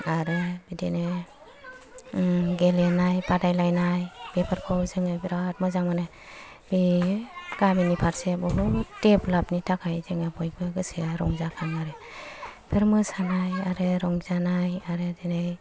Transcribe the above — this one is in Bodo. आरो बिदिनो गेलेनाय बादायलायनाय बेफोरखौ जोङो बिराथ मोजां मोनो बे गामिनि फारसे बुहुथ देभलफ नि थाखाय जोङो बयबो गोसोआ रंजाखाङो बेफोर मोसानाय आरो रंजानाय आरो दिनै